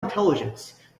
intelligence